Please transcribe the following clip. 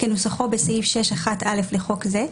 כנוסחו בסעיף 6(1)(א) לחוק זה,